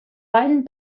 bany